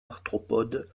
arthropodes